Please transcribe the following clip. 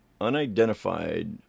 unidentified